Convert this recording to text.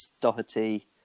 Doherty